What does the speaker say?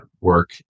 work